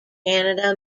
canada